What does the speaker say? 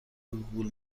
گوگول